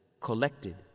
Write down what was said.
Collected